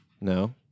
No